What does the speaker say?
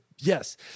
yes